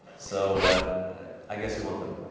so i guess you want them.